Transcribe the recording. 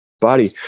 body